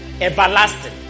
Everlasting